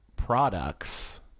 Products